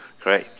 correct